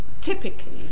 typically